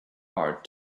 art